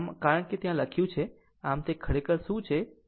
આમ કારણ કે તે ત્યાં લખ્યું છે આમ તે ખરેખર શું છે r q y